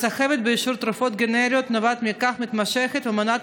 הסחבת באישור תרופות גנריות הנובעת מכך מתמשכת ומונעת